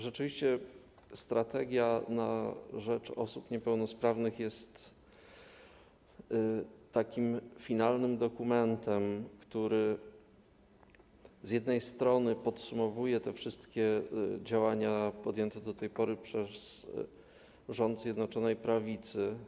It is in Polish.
Rzeczywiście strategia na rzecz osób niepełnosprawnych jest finalnym dokumentem, który z jednej strony podsumowuje wszystkie działania podjęte do tej pory przez rząd Zjednoczonej Prawicy.